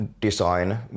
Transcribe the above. design